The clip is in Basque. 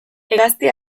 hegazti